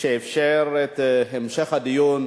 שאפשר את המשך הדיון,